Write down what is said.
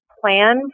plan